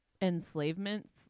enslavement